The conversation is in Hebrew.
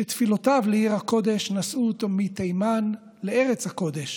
שתפילותיו לעיר הקודש נשאו אותו מתימן לארץ הקודש